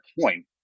point